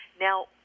now